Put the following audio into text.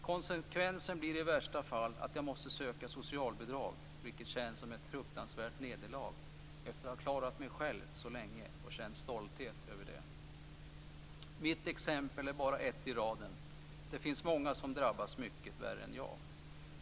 - Konsekvensen blir i värsta fall att jag måste söka socialbidrag vilket känns som ett fruktansvärt nederlag efter att ha klarat mig så länge själv och också känt stolthet över det. Mitt exempel är bara ett i raden - det finns många som har drabbats mycket värre än jag.